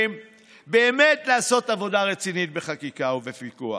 באמת לעשות עבודה רצינית בחקיקה ובפיקוח.